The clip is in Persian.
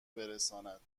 برساند